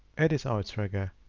edits our trigger.